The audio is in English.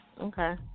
Okay